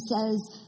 says